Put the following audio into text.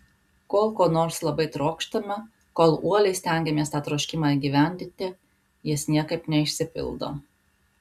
kol ko nors labai trokštame kol uoliai stengiamės tą troškimą įgyvendinti jis niekaip neišsipildo